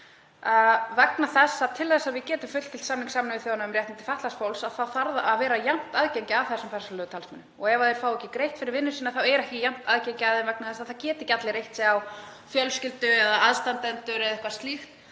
vegna þess að til þess að við getum fullgilt samning Sameinuðu þjóðanna um réttindi fatlaðs fólks þá þarf að vera jafnt aðgengi að persónulegum talsmönnum. Ef þeir fá ekki greitt fyrir vinnu sína er ekki jafnt aðgengi að þeim vegna þess að það geta ekki allir reitt sig á fjölskyldu eða aðstandendur eða eitthvað slíkt